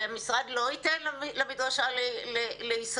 שהמשרד לא ייתן למדרשה להיסגר,